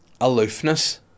aloofness